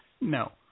No